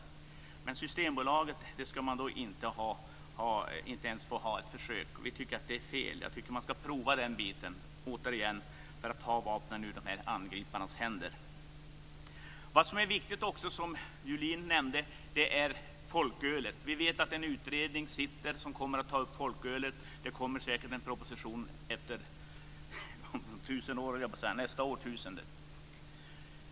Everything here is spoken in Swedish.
Men när det gäller Systembolaget ska man inte ens få göra ett försök med lördagsöppet! Vi tycker att det är fel. Jag tycker att man ska prova den biten, för att som sagt ta vapnen ur angriparnas händer. Vad som också är viktigt, som Julin nämnde, är folkölet. Vi vet att det sitter en utredning som kommer att ta upp folkölet. Det kommer säkert en proposition under nästa årtusende.